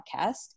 podcast